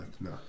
no